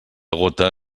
gota